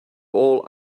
all